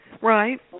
Right